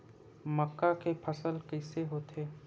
मक्का के फसल कइसे होथे?